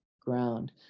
ground